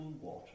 water